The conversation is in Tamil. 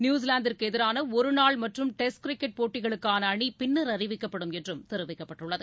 நியூசிலாந்துக்கு எதிரான ஒருநாள் மற்றும் டெஸ்ட் கிரிக்கெட் போட்டிகளுக்கான அணி பின்னர் அறிவிக்கப்படும் என்றும் தெரிவிக்கப்பட்டுள்ளது